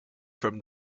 from